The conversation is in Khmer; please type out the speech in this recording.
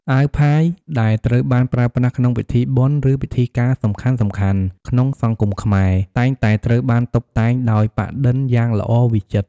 អាវផាយ ដែលត្រូវបានប្រើប្រាស់ក្នុងពិធីបុណ្យ ឬពិធីការសំខាន់ៗ ក្នុងសង្គមខ្មែរ តែងតែត្រូវបានតុបតែងដោយ ប៉ាក់-ឌិនយ៉ាងល្អវិចិត្រ។